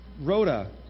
Rhoda